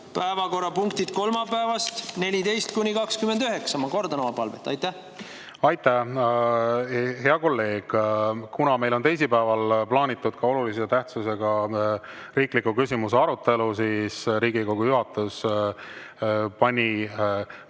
päevakorrapunktid nr 14–29. Ma kordan oma palvet. Aitäh, hea kolleeg! Kuna meil on teisipäeval plaanitud ka olulise tähtsusega riikliku küsimuse arutelu, siis Riigikogu juhatus pani